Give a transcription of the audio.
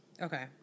Okay